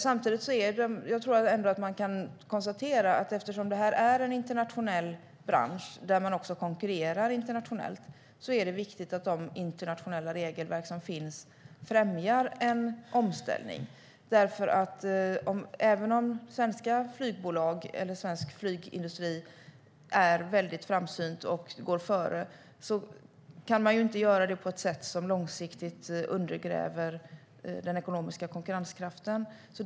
Jag tror ändå att man kan konstatera att eftersom det här är en internationell bransch där man också konkurrerar internationellt är det viktigt att de internationella regelverk som finns främjar en omställning. Även om svenska flygbolag eller svensk flygindustri är väldigt framsynta och går före kan man ju inte göra det på ett sätt som långsiktigt undergräver den ekonomiska konkurrenskraften.